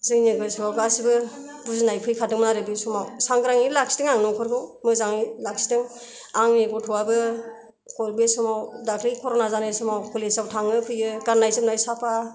जोंनि गोसोयाव गासिबो बुजिनाय फैखादोंमोन आरो बै समाव सांग्रांयैनो लाखिदों आं न'खरखौ मोजाङै लाखिदों आंनि गथ'आबो बे समाव दाख्लि कर'ना जानाय समाव कलेजाव थाङो फैयो गाननाय जोमनाय साफा